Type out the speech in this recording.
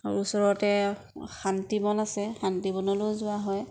ওচৰতে শান্তিবন আছে শান্তিবনলৈও যোৱা হয়